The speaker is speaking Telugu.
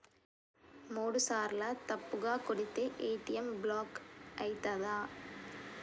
మూడుసార్ల తప్పుగా కొడితే ఏ.టి.ఎమ్ బ్లాక్ ఐతదా?